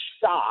shocked